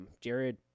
jared